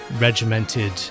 regimented